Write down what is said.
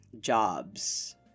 jobs